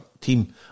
team